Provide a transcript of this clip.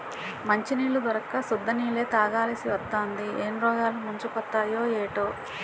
మంచినీళ్లు దొరక్క సుద్ద నీళ్ళే తాగాలిసివత్తాంది ఏం రోగాలు ముంచుకొత్తయే ఏటో